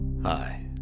Hi